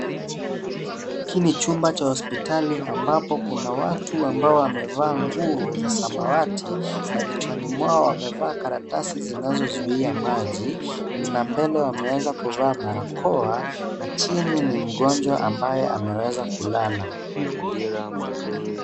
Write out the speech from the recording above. Hiki ni chumba cha hospitali ambapo kuna watu ambao wamevaa nguo za samawati na vichwani mwao wamevaa karatasi zinazozuia maji na mbele wameweza kuvaa barakoa na chini ni mgonjwa ambaye ameweza kulala.